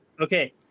Okay